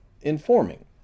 Informing